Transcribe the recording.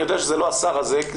אני יודע שזה לא השר הזה,